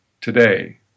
today